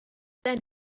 then